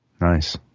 nice